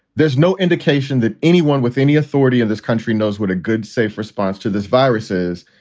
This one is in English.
there's no indication that anyone with any authority in this country knows what a good, safe response to this virus is.